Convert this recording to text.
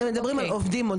על הרבה עובדים שאין להם גישה.